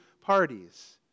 parties